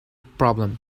problem